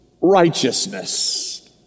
righteousness